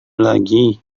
lagi